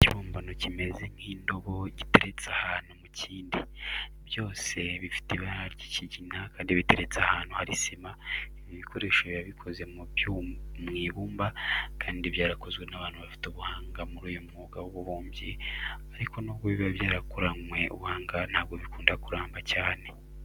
Ikibumbano kimeze nk'indobo giteretse ahantu mu kindi, byose bifite ibara ry'ikigina kandi biteretse ahantu hari sima. Ibi bikoresho biba bikoze mu ibumba kandi byarakozwe n'abantu bafite ubuhanga muri uyu mwuga w'ububumbyi, ariko nubwo biba byarakoranywe ubuhannga ntabwo bikunda kuramba cyane.